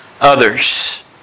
others